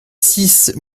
six